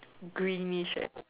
greenish